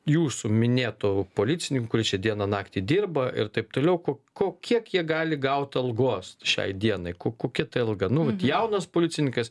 jūsų minėto policinink kuris čia dieną naktį dirba ir taip toliau ko ko kiek kiek gali gaut algos šiai dienai ku kokia ta alga nu vat jaunas policininkas